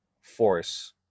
force